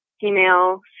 female